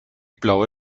blaue